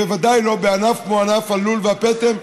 בוודאי לא בענף כמו ענף הלול והפטם,